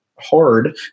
hard